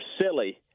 silly